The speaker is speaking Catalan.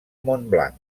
montblanc